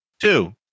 Two